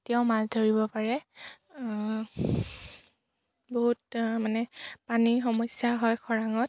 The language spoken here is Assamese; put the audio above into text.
তেতিয়াও মাছ ধৰিব পাৰে বহুত মানে পানী সমস্যা হয় খৰাঙত